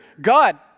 God